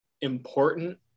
important